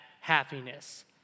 happiness